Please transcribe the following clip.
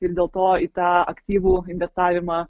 ir dėl to į tą aktyvų investavimą